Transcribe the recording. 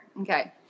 Okay